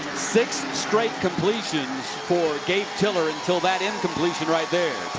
six straight completions for tiller until that incompletion right there.